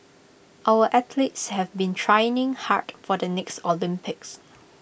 our athletes have been training hard for the next Olympics